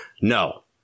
No